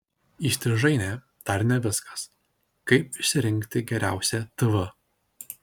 įstrižainė dar ne viskas kaip išsirinkti geriausią tv